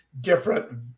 different